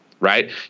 right